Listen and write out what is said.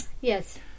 yes